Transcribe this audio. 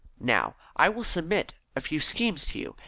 now i will submit a few schemes to you,